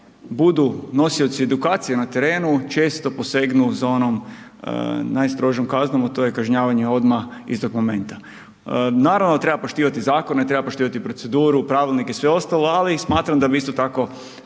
budu nosioci edukacije na terenu, često posegnu za onom najstrožom kaznom, a to je kažnjavanje odmah iz dokumenta. Naravno da treba poštivati zakone, treba poštivati proceduru, pravilnike i sve ostalo, ali i smatram da bi isto tako